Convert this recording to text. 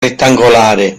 rettangolare